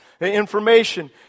information